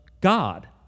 God